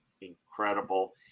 incredible